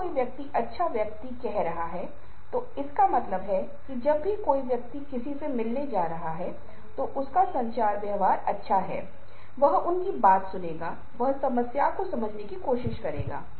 आप पाते हैं कि कैप्टन हैडॉक इस जानवर को देख रहा है और आप देखते हैं कि जानवर स्पष्ट रूप से बहुत खुश नहीं है कि यहाँ क्या हो रहा है और उसकी आँखों में गुस्सा दिखाई देता है और कप्तान को शायद इस बारे में पता नहीं है जबकि टिन टिन दूर से देखने पर पूरी तरह से मनोरंजक है